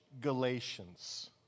Galatians